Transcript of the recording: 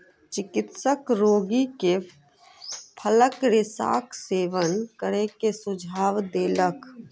चिकित्सक रोगी के फलक रेशाक सेवन करै के सुझाव देलक